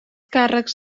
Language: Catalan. càrrecs